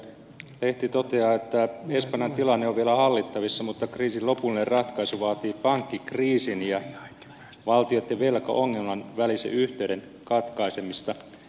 lehti toteaa että espanjan tilanne on vielä hallittavissa mutta kriisin lopullinen ratkaisu vaatii pankkikriisin ja valtioitten velkaongelman välisen yhteyden katkaisemista